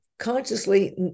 consciously